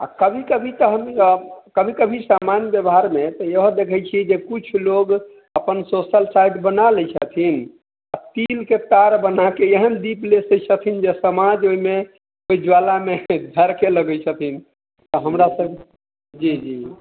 आ कभी कभी त हम कभी कभी सामान व्यवहार मे त इएह देखै छियै जे किछु लोग अपन सोसल साइट बना लै छथिन तिल के तार बना के एहन दीप लेशै छथिन जे समाज मे ज्वाला मे झरकय लगै छथिन हमरा सब जी जी